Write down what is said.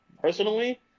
personally